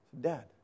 Dad